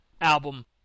album